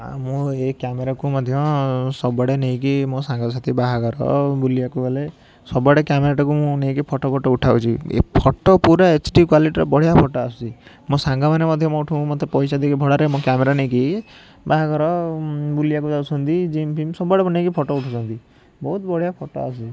ମୁଁ ଏ କ୍ୟାମେରାକୁ ମଧ୍ୟ ସବୁଆଡ଼େ ନେଇକି ମୋ ସାଙ୍ଗସାଥି ବାହାଘର ବୁଲିବାକୁ ଗଲେ ସବୁଆଡ଼େ କ୍ୟାମେରାଟାକୁ ମୁଁ ନେଇକି ଫଟୋଫଟ ଉଠେଇଆକୁ ଯିବି ଏ ଫଟୋ ପୁରା ଏଚ ଡ଼ି କ୍ୱାଲିଟର ବଢ଼ିଆ ଫଟୋ ଆସୁଛି ମୋ ସାଙ୍ଗମାନେ ମଧ୍ୟ ମୋ ଠୁଁ ମୋତେ ପଇସା ଦେଇକି ଭଡ଼ାରେ ମୋ କ୍ୟାମେରା ନେଇକି ବାହାଘର ବୁଲିଆକୁ ଯାଉଛନ୍ତି ଜିମ ଫିମ ସବୁଆଡ଼େ ନେଇକି ଫଟୋ ଉଠଉଛନ୍ତି ବହୁତ ବଢ଼ିଆ ଫଟୋ ଆସୁଛି